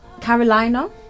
Carolina